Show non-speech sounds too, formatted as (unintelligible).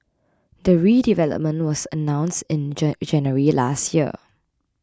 the redevelopment was announced in (unintelligible) January last year